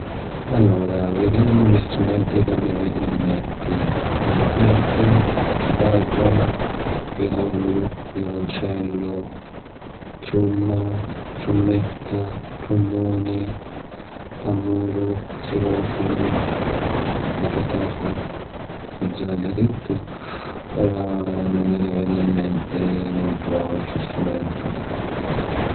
Allura, videmu li strumenti ca mi vennu 'n menti: pianoforti, chitarra, violu, violincellu, trumma, trummetta, trummuni, tammuru, xilofunu. La chitarra, ca già avia dittu. Ora nun mi veni 'n menti nuddu àutru strumentu.